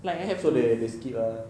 so they they skip lah